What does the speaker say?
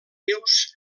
vius